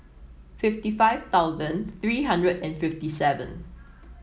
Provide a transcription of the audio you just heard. fifty five thousand three hundred and fifty seven